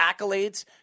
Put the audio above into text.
accolades